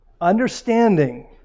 understanding